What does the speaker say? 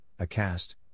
ACast